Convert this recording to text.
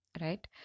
right